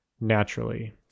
naturally